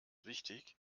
wichtig